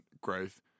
growth